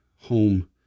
home